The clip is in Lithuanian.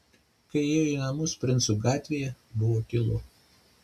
kai įėjo į namus princų gatvėje buvo tylu